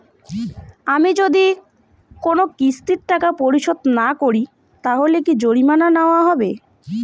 আমি যদি কোন কিস্তির টাকা পরিশোধ না করি তাহলে কি জরিমানা নেওয়া হবে?